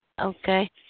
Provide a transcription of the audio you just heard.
Okay